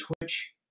Twitch